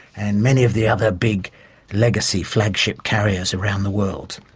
and many of the other big legacy flagship carriers around the world.